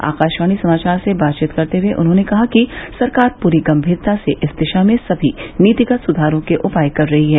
आकाशवाणी समाचार से बात करते हए उन्होंने कहा कि सरकार पूरी गंभीरता से इस दिशा में सभी नीतिगत सुधारों के उपाय कर रही है